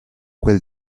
quel